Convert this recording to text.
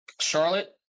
Charlotte